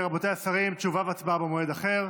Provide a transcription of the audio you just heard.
רבותיי השרים, תשובה והצבעה במועד אחר.